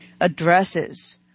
addresses